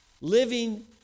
Living